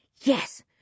yes